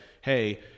hey